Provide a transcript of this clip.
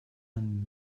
man